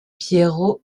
piero